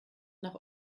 nach